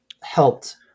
helped